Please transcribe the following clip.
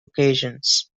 occasions